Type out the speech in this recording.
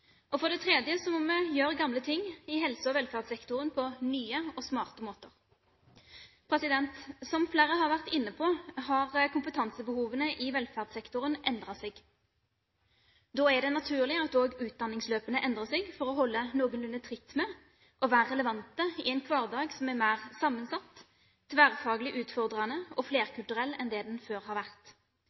For det tredje må vi gjøre gamle ting i helse- og velferdssektoren på nye og smarte måter. Som flere har vært inne på, har kompetansebehovene i velferdssektoren endret seg. Da er det naturlig at også utdanningsløpene endrer seg for å holde noenlunde tritt med, og være relevante i, en hverdag som er mer sammensatt, tverrfaglig utfordrende og flerkulturell enn det den før har vært.